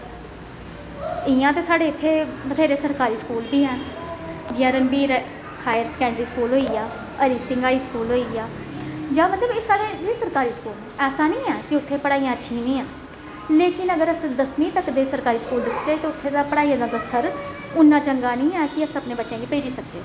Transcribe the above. इ'यां ते साढ़े इत्थै बथेरे सरकारी स्कूल न बी हेन जि'यां रणबीर हायर सकैंडरी स्कूल होई गेआ हरि सिंह हाई स्कूल होई गेआ जां मतलब एह् साढ़े सरकारी स्कूल ना ऐसा नेईं ऐ कि उत्थै पढ़ाइयां ठीक नेईं ऐ अगर अस दसमीं तक्कर दे सरकारी स्कूल दिक्खचे ते उत्थै दा पढाई दा स्तर इन्ना चंगा नेईं ऐ कि अस अपने बच्चें गी भेजी सकचै